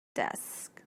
desk